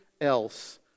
else